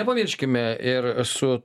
nepamirškime ir su